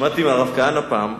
שמעתי מהרב כהנא פעם,